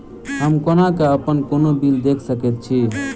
हम कोना कऽ अप्पन कोनो बिल देख सकैत छी?